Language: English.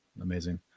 amazing